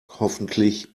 hoffentlich